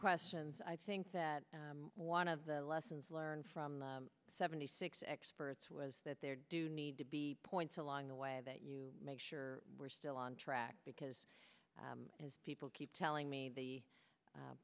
questions i think that one of the lessons learned from seventy six experts was that there do need to be points along the way that you make sure we're still on track because as people keep telling me the